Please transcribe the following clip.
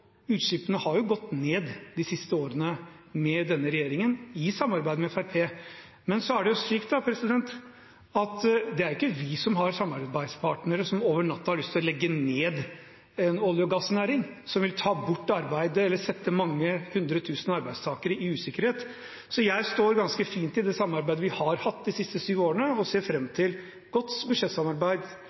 Utslippene har gått ned de siste årene med denne regjeringen, i samarbeid med Fremskrittspartiet. Men det er ikke vi som har samarbeidspartnere som over natten har lyst til å legge ned en olje- og gassnæring, og som vil ta bort arbeid eller sette mange hundre tusen arbeidstakere i usikkerhet. Så jeg står ganske fint i det samarbeidet vi har hatt de siste syv årene, og ser fram til godt budsjettsamarbeid,